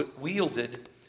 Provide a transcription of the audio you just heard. wielded